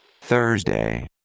Thursday